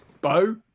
bo